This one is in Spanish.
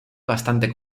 bastante